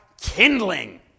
kindling